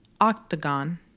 octagon